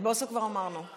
את בוסו כבר אמרנו.